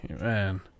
man